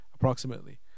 approximately